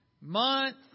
month